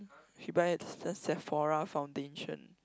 she buy at this Sephora foundation